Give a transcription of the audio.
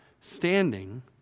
standing